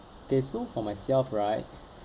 okay so for myself right